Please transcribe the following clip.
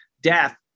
death